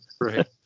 Right